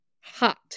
hot